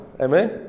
Amen